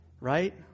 right